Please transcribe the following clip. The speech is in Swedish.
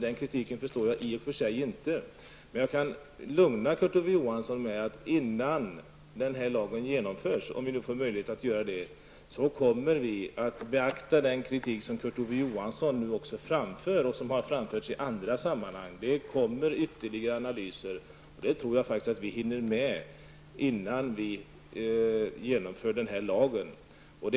Därför förstår jag i och för sig inte den kritiken. Jag kan emellertid lugna Kurt Ove Johansson genom att säga att innan den här lagen införs, om vi nu får möjlighet att göra det, kommer vi att beakta den kritik som Kurt Ove Johansson nu framför, och som också har framförts i andra sammanhang. Det kommer att göras ytterligare analyser. Och det tror jag faktiskt att vi hinner med innan vi inför denna lag.